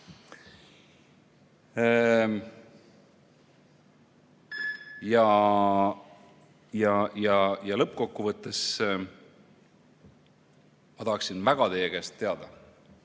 Ja lõppkokkuvõttes ma tahaksin väga teie käest teada,